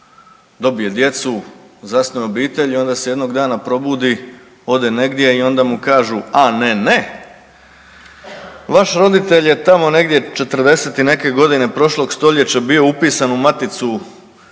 dobije djecu, zasnuje obitelj i onda se jednog dana probudi, ode negdje i onda mu kažu, a ne, ne, vaš roditelj je tako negdje '40. i neke godine prošlog stoljeća bio upisan u maticu